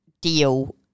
deal